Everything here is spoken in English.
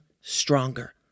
stronger